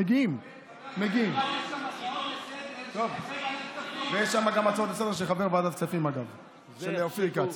יש גם הצעות לסדר-היום של חבר ועדת הכספים אופיר כץ.